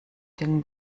den